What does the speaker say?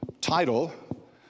title